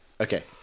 Okay